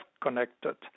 connected